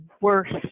worst